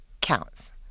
counts